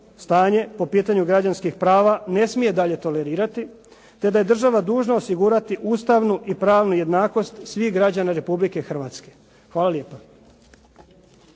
stanje po pitanju građanskih prava ne smije dalje tolerirati, te da je država dužna osigurati ustavnu i pravnu jednakost svih građana Republike Hrvatske. Hvala lijepa.